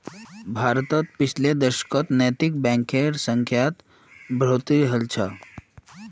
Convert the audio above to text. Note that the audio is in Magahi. भारतत पिछले दशकत नैतिक बैंकेर संख्यात बढ़ोतरी हल छ